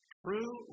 true